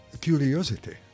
curiosity